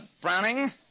Browning